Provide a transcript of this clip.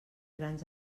grans